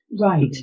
right